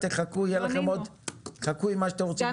תחכו עם מה שאתם רוצים לומר.